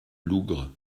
lougre